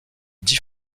dix